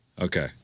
Okay